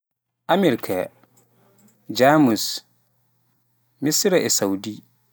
Amirk, jamus, misra, e Saudi